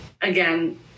again